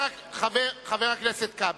חבר הכנסת כבל,